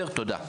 תודה.